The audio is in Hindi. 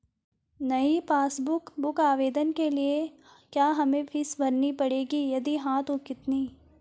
नयी पासबुक बुक आवेदन के लिए क्या हमें फीस भरनी पड़ेगी यदि हाँ तो कितनी?